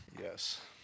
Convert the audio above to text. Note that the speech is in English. yes